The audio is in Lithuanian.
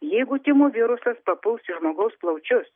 jeigu tymų virusas papuls į žmogaus plaučius